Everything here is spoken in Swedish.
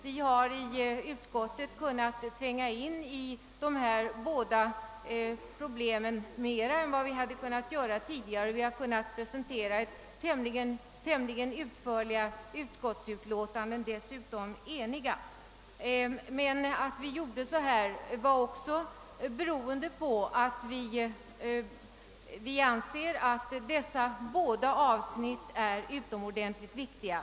Vi har i utskottet bättre kunnat tränga in i dessa två problem än vi tidigare hade kunnat göra och det har varit möjligt att presentera utförliga utskottsutlåtanden, vilka dessutom är eniga. Att vi gjorde på detta sätt berodde också på att vi anser att dessa båda avsnitt är utomordent ligt viktiga.